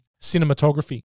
cinematography